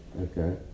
Okay